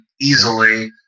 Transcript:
easily